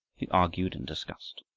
who argued and discussed.